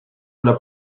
una